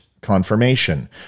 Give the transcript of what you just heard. confirmation